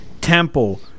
Temple